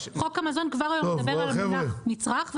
חוק המזון מדבר כבר היום על המונח נצרך,